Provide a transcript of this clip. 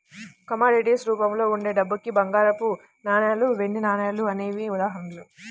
commodities రూపంలో ఉండే డబ్బుకి బంగారపు నాణాలు, వెండి నాణాలు అనేవే ఉదాహరణలు